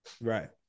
Right